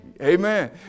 amen